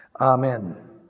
Amen